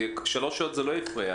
במשך שלוש שעות זה לא הפריע.